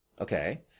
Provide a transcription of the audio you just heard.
okay